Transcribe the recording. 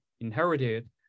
inherited